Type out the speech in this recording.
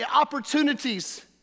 opportunities